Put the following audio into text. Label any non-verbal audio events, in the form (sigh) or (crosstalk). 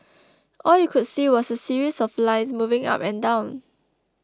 (noise) all you could see was a series of lines moving up and down